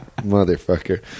motherfucker